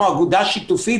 כמו אגודה שיתופית.